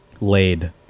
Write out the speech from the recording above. Laid